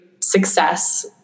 success